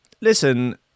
Listen